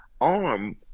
arm